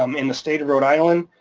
um in the state of rhode island.